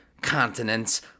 continents